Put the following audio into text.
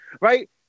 right